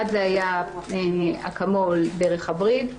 אחד, זה היה אקמול דרך הווריד.